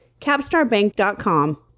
capstarbank.com